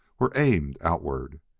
were aimed outward.